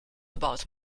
about